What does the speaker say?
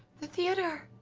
the theater!